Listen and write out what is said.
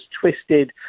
twisted